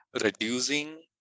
reducing